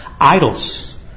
idols